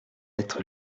être